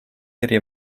eri